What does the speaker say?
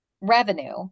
revenue